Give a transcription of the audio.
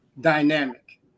dynamic